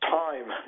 time